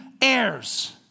Heirs